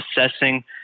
assessing